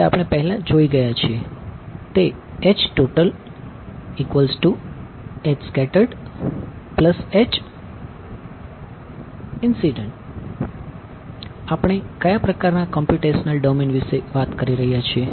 તે આપણે પહેલા જોઈ ગયા છીએ તે છે આપણે કયા પ્રકારનાં કોમ્પ્યુટેશનલ ડોમેન વિશે વાત કરી રહ્યા છીએ